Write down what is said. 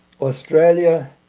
Australia